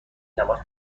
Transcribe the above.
تماس